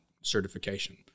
certification